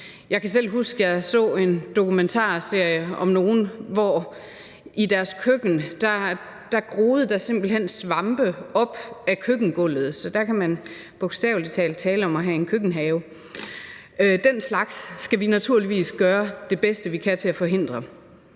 Jeg kan selv huske, at jeg så en dokumentarserie om nogle mennesker, i hvis køkken der simpelt hen groede svampe op af køkkengulvet. Så der kan man bogstavelig talt tale om at have en køkkenhave. Den slags skal vi naturligvis gøre det bedste, vi kan, for at forhindre.